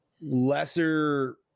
lesser